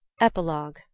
epilogue